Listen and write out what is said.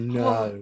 no